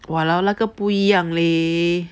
!walao! 那个不一样 leh